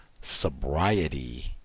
Sobriety